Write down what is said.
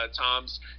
Tom's